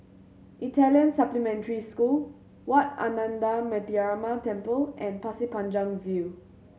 Italian Supplementary School Wat Ananda Metyarama Temple and Pasir Panjang View